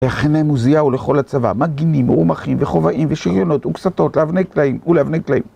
להכנם עוזיהו לכל הצבא, מגנים, רומחים, וכובעים, ושריונות, וקסתות, לאבני קטעים ולאבני כלאים.